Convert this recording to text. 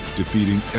defeating